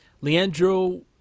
Leandro